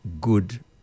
good